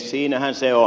siinähän se on